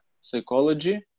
Psychology